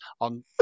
on